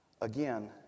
Again